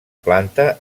planta